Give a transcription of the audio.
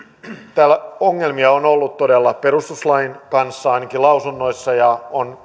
täällä ongelmia on ollut todella perustuslain kanssa ainakin lausunnoissa ja on